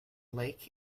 lake